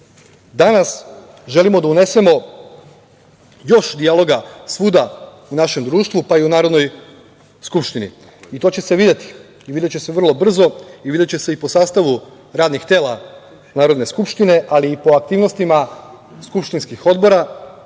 njih. Danas želimo da unesemo još dijaloga svuda u našem društvu, pa i u Narodnoj skupštini i to će se videti i videće se vrlo brzo i videće se i po sastavu radnih tela Narodne skupštine, ali i po aktivnostima skupštinskih odbora,